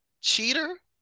cheater